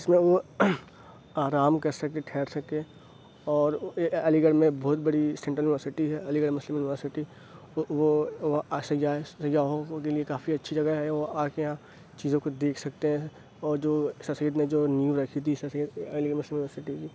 اِس میں وہ آرام کر سکیں ٹھہر سکیں اور علی گڑھ میں بہت بڑی سینٹرل یونیورسٹی ہے علی گڑھ مسلم یونیورسٹی اور وہ وہاں آ سکھ جائیں سیاحوں کے لیے کافی اچھی جگہ ہے وہ آ کے یہاں چیزوں کو دیکھ سکتے ہیں اور جو سرسید نے جو نیو رکھی تھی سرسید علی گڑھ مسلم یونیورسٹی کی